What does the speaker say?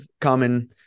common